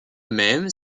même